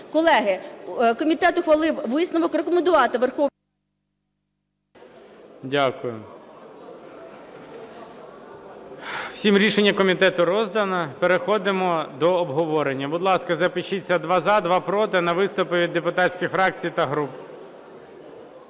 Колеги, комітет ухвалив висновок рекомендувати Верховній Раді... ГОЛОВУЮЧИЙ. Дякую. Всім рішення комітету роздано. Переходимо до обговорення. Будь ласка, запишіться: два – за, два – проти, на виступи від депутатських фракцій та груп.